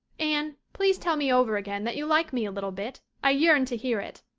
anne, please tell me over again that you like me a little bit. i yearn to hear it.